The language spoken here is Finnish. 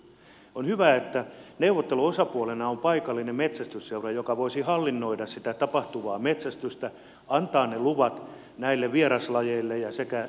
on hyvä että neuvotteluosapuolena on paikallinen metsästysseura joka voisi hallinnoida sitä tapahtuvaa metsästystä antaa ne luvat näille vieraslajeille sekä hirvieläimille